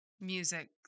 music